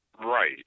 Right